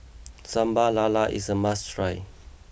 Sambal Lala is a must try